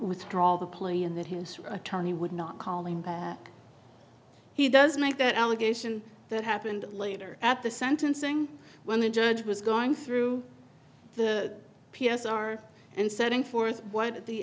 withdraw the play and that his attorney would not call him back he does make that allegation that happened later at the sentencing when the judge was going through the p s r and setting forth what the